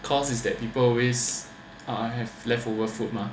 cause is that people always have leftover food mah